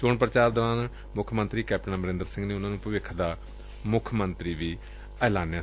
ਚੋਣ ਪ੍ਚਾਰ ਦੌਰਾਨ ਮੁੱਖਮੰਤਰੀ ਕੈਪਟਨ ਅਮਰਿੰਦਰ ਸਿੰਘ ਨੇ ਉਨ੍ਹਾਂ ਨੂੰ ਭਵਿੱਖ ਦਾ ਮੁਖ ਮੰਤਰੀ ਵੀ ਐਲਾਨਿਆ